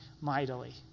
mightily